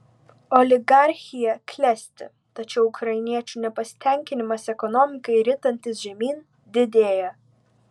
oligarchija klesti tačiau ukrainiečių nepasitenkinimas ekonomikai ritantis žemyn didėja